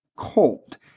cold